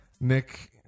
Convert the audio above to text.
Nick